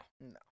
no